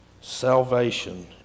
salvation